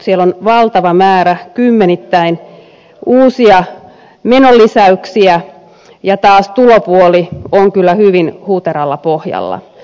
siellä on valtava määrä kymmenittäin uusia menoli säyksiä ja tulopuoli taas on kyllä hyvin huteralla pohjalla